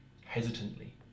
Hesitantly